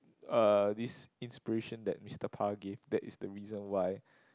uh this inspiration that Mister-Pah gave that is the reason why